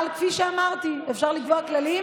אבל כפי שאמרתי, אפשר לקבוע כללים,